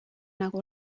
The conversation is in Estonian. nagu